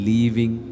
Leaving